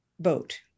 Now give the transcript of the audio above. vote